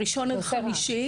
ראשון עד חמישי,